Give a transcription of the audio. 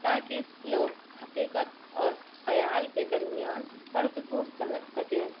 تاکہ لوگ حقیقت اور خیال کے درمیان فرق کو سمجھ سکیں